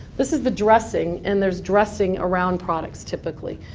this is the dressing. and there's dressing around products, typically.